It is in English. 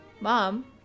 Mom